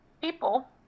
people